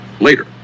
later